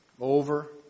Over